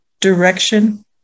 direction